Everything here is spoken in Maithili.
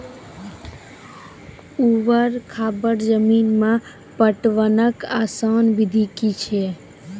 ऊवर खाबड़ जमीन मे पटवनक आसान विधि की ऐछि?